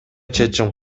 чечим